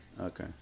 Okay